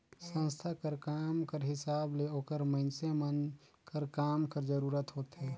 संस्था कर काम कर हिसाब ले ओकर मइनसे मन कर काम कर जरूरत होथे